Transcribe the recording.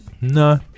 no